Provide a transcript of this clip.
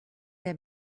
der